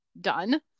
done